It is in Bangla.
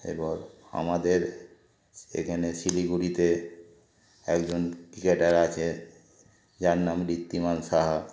এরপর আমাদের এখানে শিলিগুড়িতে একজন ক্রিকেটার আছে যার নাম ঋদ্ধিমান সাহা